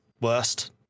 worst